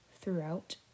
throughout